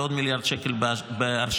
ועוד מיליארד שקל בהרשאה.